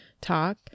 talk